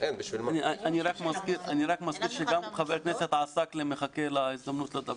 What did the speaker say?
אני מזכיר שגם חבר הכנסת עסאקלה מחכה להזדמנות לדבר.